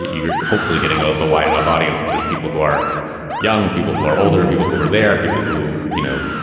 ah you're you're hopefully getting a wide enough audience that there's people who are young, people who are older and people who are there, people who, you know,